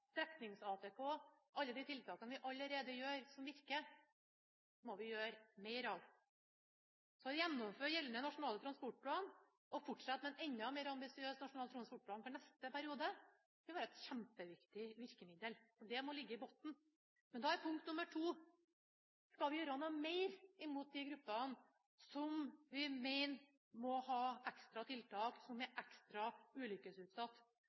alle de tiltakene vi allerede gjør, som virker, må vi gjøre mer av. Så å gjennomføre gjeldende Nasjonal transportplan og fortsette med en enda mer ambisiøs nasjonal transportplan for neste periode vil være et kjempeviktig virkemiddel. Det må ligge i bunnen. Da er punkt nr. 2: Skal vi gjøre noe mer inn mot de gruppene som vi mener må ha ekstra tiltak, som